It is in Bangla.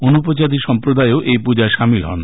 অনুপজাতি সম্প্রদায়ও এই পূজায় সামিল হন